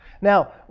Now